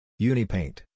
Unipaint